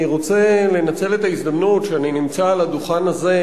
אני רוצה לנצל את ההזדמנות שאני נמצא על הדוכן הזה,